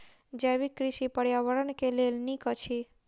जैविक कृषि पर्यावरण के लेल नीक अछि